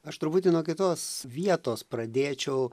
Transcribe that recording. aš truputį nuo kitos vietos pradėčiau